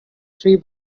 three